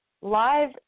live